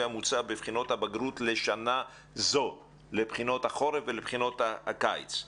המוצע בבחינות הבגרות לשנה זאת במועדי החורף והקיץ.